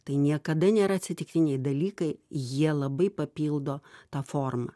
tai niekada nėra atsitiktiniai dalykai jie labai papildo tą formą